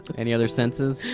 any other senses?